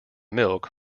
milk